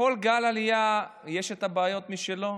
לכל גל עלייה יש בעיות משלו,